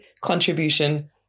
contribution